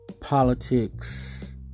politics